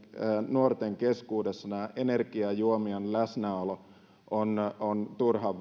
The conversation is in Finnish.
nuorten keskuudessa näiden energiajuomien läsnäolo on